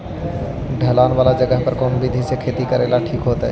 ढलान वाला जगह पर कौन विधी से खेती करेला ठिक होतइ?